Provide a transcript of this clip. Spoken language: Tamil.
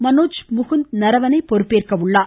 மனோஜ் முகுந்த் நரவனே பொறுப்பேற்கிறார்